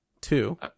two